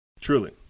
Truly